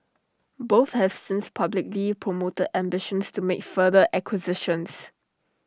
both have since publicly promoted ambitions to make further acquisitions